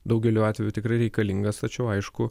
daugeliu atvejų tikrai reikalingas tačiau aišku